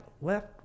left